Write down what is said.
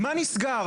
מה נסגר?